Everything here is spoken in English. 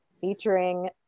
featuring